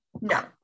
no